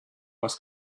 was